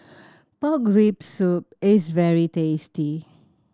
pork rib soup is very tasty